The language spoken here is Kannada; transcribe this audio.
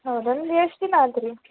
ಹೌದಾ ಅಂದ್ರೆ ಎಷ್ಟು ದಿನ ಆತು ರೀ